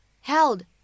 held